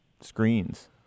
screens